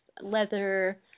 leather